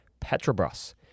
Petrobras